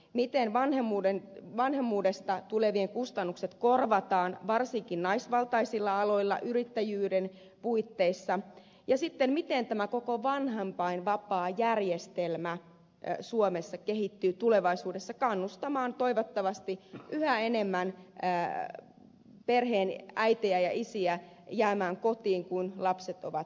miten vanhemmuudesta tulevat kustannukset korvataan varsinkin naisvaltaisilla aloilla yrittäjyyden puitteissa ja miten tämä koko vanhempainvapaajärjestelmä suomessa kehittyy tulevaisuudessa kannustamaan toivottavasti yhä enemmän perheen äitejä ja isiä jäämään kotiin kun lapset ovat pieniä